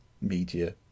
media